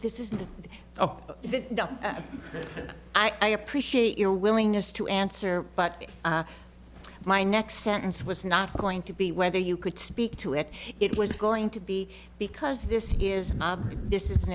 this is the i appreciate your willingness to answer but my next sentence was not going to be whether you could speak to it it was going to be because this is not this is an